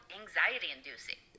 anxiety-inducing